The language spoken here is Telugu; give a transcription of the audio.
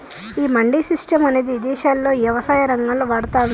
ఈ మండీ సిస్టం అనేది ఇదేశాల్లో యవసాయ రంగంలో వాడతాన్రు